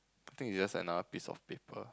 you think it's another piece of paper